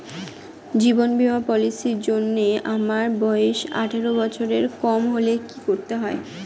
জীবন বীমা পলিসি র জন্যে আমার বয়স আঠারো বছরের কম হলে কি করতে হয়?